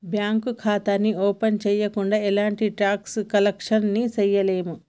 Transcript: bank ఖాతాని open చెయ్యకుండా ఎలాంటి ట్రాన్సాక్షన్స్ ని చెయ్యలేము